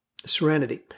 serenity